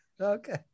Okay